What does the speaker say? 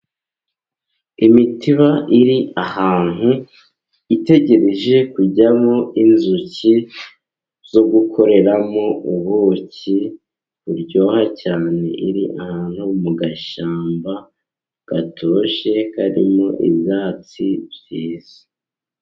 Imitiba iri ahantu itegereje kujyamo inzuki, zo gukoreramo ubuki buryoha cyane, iri ahantu mu gashyamba gatoshye karimo ibyatsi byiza.